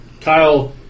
Kyle